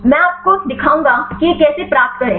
मैं आपको दिखाऊंगा कि यह कैसे प्राप्त करें